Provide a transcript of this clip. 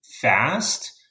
fast